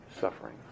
suffering